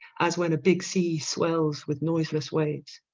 as when a big sea swells with noiseless waves